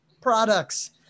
products